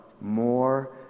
More